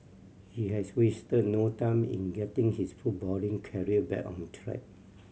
he has wasted no time in getting his footballing career back on track